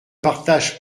partage